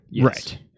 Right